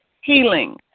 healing